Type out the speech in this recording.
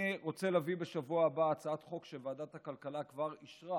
אני רוצה להביא בשבוע הבא הצעת חוק שוועדת הכלכלה כבר אישרה